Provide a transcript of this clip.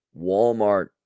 Walmart